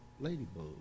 ladybug